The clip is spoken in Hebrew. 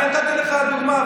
הינה נתתי לך דוגמה,